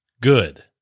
Good